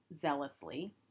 zealously